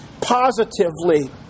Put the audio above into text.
positively